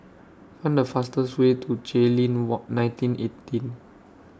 Find The fastest Way to Jayleen wall nineteen eighteen